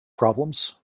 problems